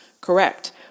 Correct